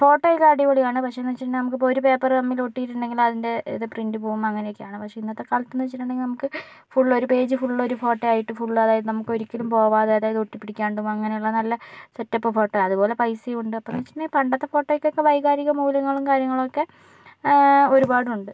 ഫോട്ടോയൊക്കെ അടിപൊളിയാണ് പക്ഷേയെന്ന് വച്ചിട്ടുണ്ടെങ്കിൽ നമുക്ക് ഒരു പേപ്പർ തമ്മിൽ ഒട്ടിയിട്ടുണ്ടെങ്കിൽ അതിൻ്റെ ഇത് പ്രിൻറ് പോകുമ്പോൾ അങ്ങനെയൊക്കെയാണ് പക്ഷേ ഇന്നത്തെ കാലത്തെന്ന് വച്ചിട്ടുണ്ടെങ്കിൽ നമുക്ക് ഫുൾ ഒരു പേജ് ഫുള്ള് ഒരു ഫോട്ടോയായിട്ട് ഫുള്ള് അതായത് നമുക്ക് ഒരിക്കലും പോവാതെ അതായത് ഒട്ടിപ്പിടിക്കാണ്ടും അങ്ങനെയുള്ള നല്ല സെറ്റപ്പ് ഫോട്ടോയാണ് അതുപോലെ പൈസയും ഉണ്ട് അപ്പോഴെന്ന് വച്ചിട്ടുണ്ടെങ്കിൽ പണ്ടത്തെ ഫോട്ടോയ്ക്കൊക്കെ വൈകാരികമൂല്യങ്ങളും കാര്യങ്ങളും ഒക്കെ ഒരുപാട് ഉണ്ട്